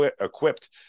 equipped